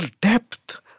depth